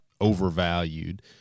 overvalued